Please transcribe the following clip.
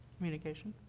communication?